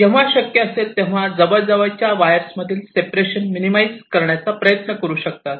जेव्हा शक्य असेल तेव्हा जवळ जवळच्या वायर्स मधील सेपरेशन मिनिमाईज करण्याचा प्रयत्न करू शकतात